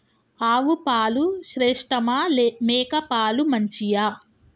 ఆవు పాలు శ్రేష్టమా మేక పాలు మంచియా?